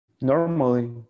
normally